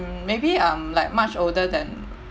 mm maybe I'm like much older than